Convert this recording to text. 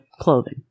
clothing